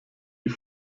die